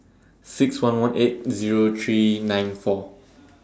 six one one eight Zero three nine four